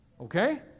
Okay